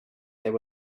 there